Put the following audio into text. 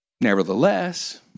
Nevertheless